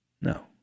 No